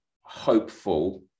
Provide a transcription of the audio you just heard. hopeful